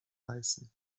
reißen